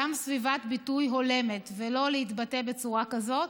גם סביבת ביטוי, הולמת, ולא להתבטא בצורה כזאת.